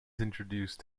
introduced